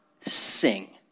sing